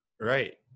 Right